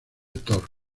thor